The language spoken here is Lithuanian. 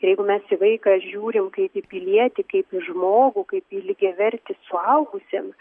jeigu mes į vaiką žiūrim kaip į pilietį kaip į žmogų kaip į lygiavertį suaugusiem